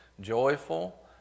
Joyful